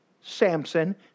Samson